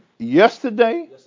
Yesterday